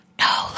no